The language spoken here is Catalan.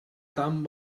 tan